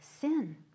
sin